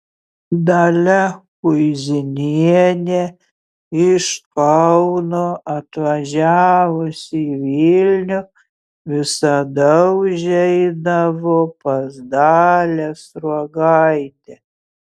dalia kuizinienė iš kauno atvažiavusi į vilnių visada užeidavo pas dalią sruogaitę